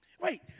Wait